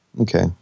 okay